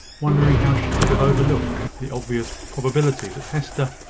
wondering how she could have overlooked the obvious probability that hester,